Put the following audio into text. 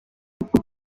ndi